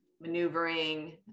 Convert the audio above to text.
maneuvering